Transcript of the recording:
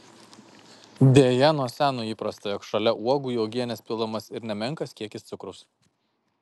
deja nuo seno įprasta jog šalia uogų į uogienes pilamas ir nemenkas kiekis cukraus